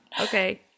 Okay